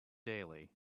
daily